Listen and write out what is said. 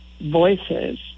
voices